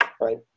right